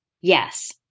Yes